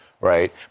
right